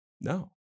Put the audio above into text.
No